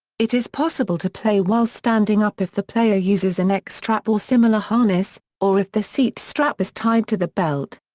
it is possible to play while standing up if the player uses a neck strap or similar harness, or if the seat strap is tied to the belt.